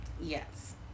Yes